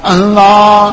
Allah